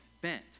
bent